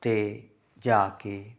'ਤੇ ਜਾ ਕੇ